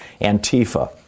Antifa